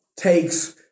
takes